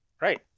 right